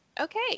okay